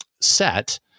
set